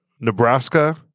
Nebraska